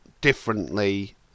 differently